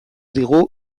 digu